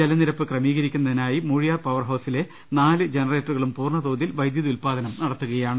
ജലനിരപ്പ് ക്രമീകരിക്കുന്നതിനായി മൂഴിയാർ പവർ ഹൌസിലെ നാല് ജനറേറ്ററുകളും പൂർണതോതിൽ വൈദ്യുതി ഉൽപാദനം നടത്തുകയാണ്